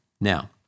Now